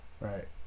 right